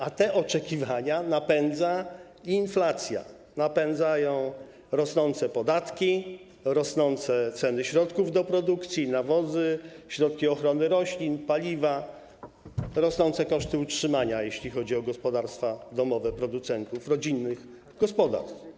A te oczekiwania napędza inflacja, napędzają rosnące podatki, rosnące ceny środków do produkcji, nawozów, środków ochrony roślin, paliw, rosnące koszty utrzymania, jeśli chodzi o gospodarstwa domowe producentów rodzinnych gospodarstw.